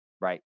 right